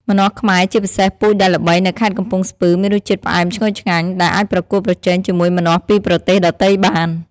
ម្នាស់ខ្មែរ ជាពិសេសពូជដែលល្បីនៅខេត្តកំពង់ស្ពឺ មានរសជាតិផ្អែមឈ្ងុយឆ្ងាញ់ ដែលអាចប្រកួតប្រជែងជាមួយម្នាស់ពីប្រទេសដទៃបាន។